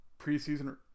preseason